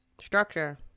structure